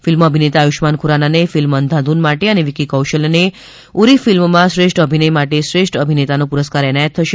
film અભિનેતા આયુષ્યમાન ખુરાનાને film Andhadhun માટે અને વિક્કી કૌશલને ઉરી ફિલ્મમાં શ્રેષ્ઠ અભિનય માટે શ્રેષ્ઠ અભિનેતાનો પુરસ્કાર એનાયત થશે